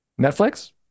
Netflix